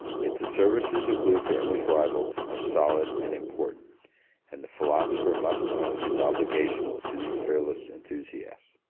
yet the services of luther and his rivals are solid and important and the philosopher must own his obligations to these fearless enthusiasts.